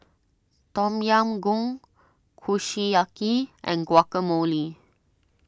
Tom Yam Goong Kushiyaki and Guacamole